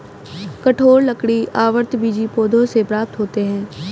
कठोर लकड़ी आवृतबीजी पौधों से प्राप्त होते हैं